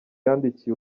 yandikiye